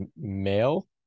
male